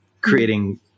creating